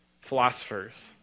philosophers